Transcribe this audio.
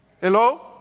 Hello